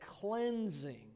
cleansing